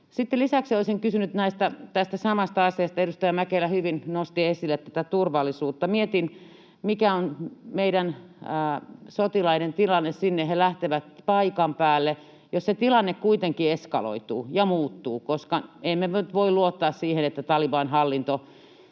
Lisäksi olisin kysynyt tästä samasta asiasta, kun edustaja Mäkelä hyvin nosti esille tätä turvallisuutta. Mietin, mikä on meidän sotilaidemme tilanne, jos he lähtevät sinne paikan päälle ja se tilanne kuitenkin eskaloituu ja muuttuu, koska emme me voi luottaa siihen, että talibanhallinto